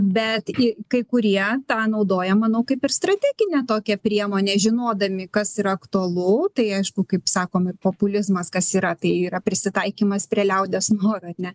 bet kai kurie tą naudoja manau kaip ir strateginę tokią priemonę žinodami kas yra aktualu tai aišku kaip sakom ir populizmas kas yra tai yra prisitaikymas prie liaudies noro ar ne